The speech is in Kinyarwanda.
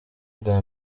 bwa